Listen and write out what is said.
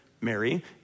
Mary